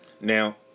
now